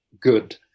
good